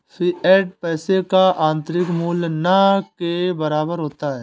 fiat पैसे का आंतरिक मूल्य न के बराबर होता है